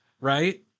right